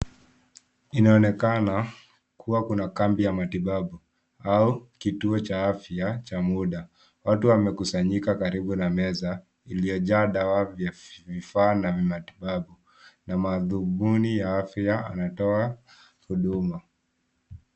Inaonekana kuwa kuna kambi ya matibabu au kituo cha afya cha muda. Watu wamekusanyika karibu na meza iliyojaa dawa vya vifaa na vimatibabu na madhumuni ya afya anatoa huduma.